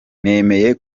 nemeye